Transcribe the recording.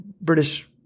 British